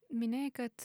minėjai kad